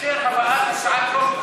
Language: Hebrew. לאשר הבאת הצעה טרומית.